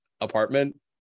apartment